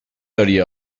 داری